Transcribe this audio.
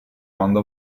quando